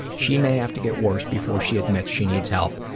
she may have to get worse before she admits she needs help.